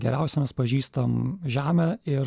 geriausia mes pažįstam žemę ir